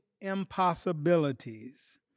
impossibilities